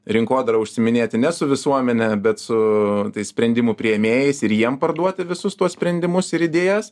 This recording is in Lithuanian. rinkodara užsiiminėti ne su visuomene bet su tais sprendimų priėmėjais ir jiem parduoti visus tuos sprendimus ir idėjas